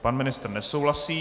Pan ministr nesouhlasí.